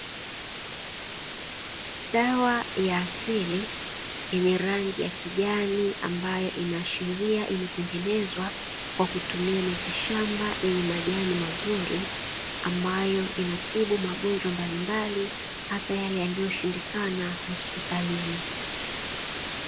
Dawa ya asili yenye rangi ya kijani ambayo inaashiria imetengenezwa kwa kutumia miti shamba yenye majani mazuri, ambayo inatibu magonjwa mbalimbali hasa yale yaliyoshindikana hospitalini.